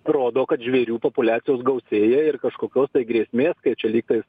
rodo kad žvėrių populiacijos gausėja ir kažkokios tai grėsmės kai čia lyg tais